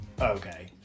Okay